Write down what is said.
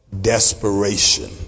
desperation